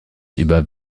über